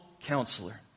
counselor